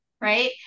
Right